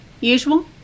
Usual